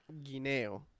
guineo